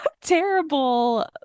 terrible